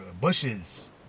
bushes